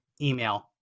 email